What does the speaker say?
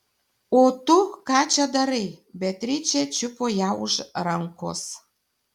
o tu ką čia darai beatričė čiupo ją už rankos